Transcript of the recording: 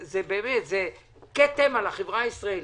זה כתם על החברה הישראלית.